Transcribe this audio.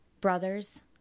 Brothers